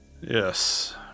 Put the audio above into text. Yes